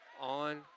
on